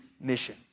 mission